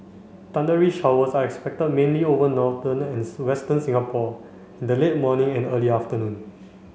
thundery showers are expected mainly over northern and western Singapore in the late morning and early afternoon